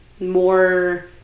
more